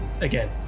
again